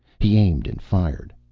he aimed and fired.